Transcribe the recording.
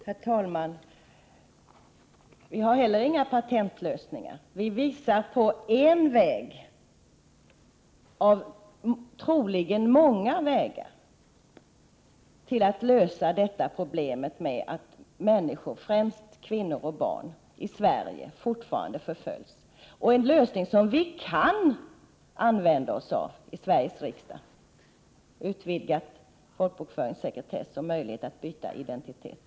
Herr talman! Vi har inte heller några patentlösningar, men vi visar på en av troligen många vägar till att lösa problemet med att människor, främst kvinnor och barn, i Sverige fortfarande förföljs. Vi visar på en lösning som vi kan använda oss av i Sveriges riksdag, utvidgad folkbokföringssekretess och möjlighet att byta identitet.